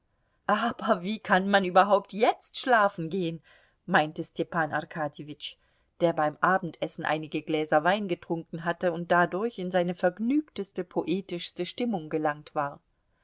aber wie kann man überhaupt jetzt schlafen gehen meinte stepan arkadjewitsch der beim abendessen einige gläser wein getrunken hatte und dadurch in seine vergnügteste poetischste stimmung gelangt war